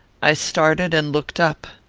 i started and looked up.